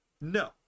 no